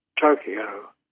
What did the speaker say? Tokyo